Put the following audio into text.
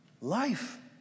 Life